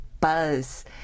buzz